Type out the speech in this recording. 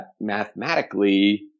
mathematically